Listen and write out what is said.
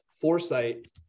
foresight